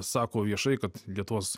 sako viešai kad lietuvos